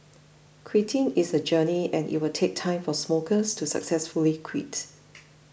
quitting is a journey and it will take time for smokers to successfully quit